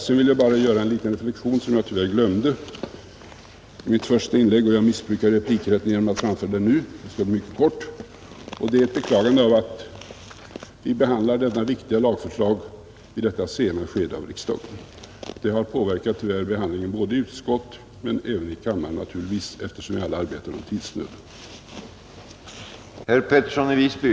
Sedan vill jag bara göra en liten reflexion som jag tyvärr glömde i mitt första inlägg; jag missbrukar replikrätten genom att framföra den nu, men den skall bli mycket kort. Jag beklagar att vi behandlar detta viktiga lagförslag vid detta sena skede av riksdagen. Det har tyvärr påverkat behandlingen både i utskottet och naturligtvis i riksdagen, eftersom vi alla arbetar i tidsnöd.